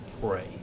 pray